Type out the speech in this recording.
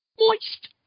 Moist